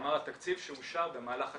כלומר התקציב שאושר במהלך השנה.